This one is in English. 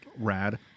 Rad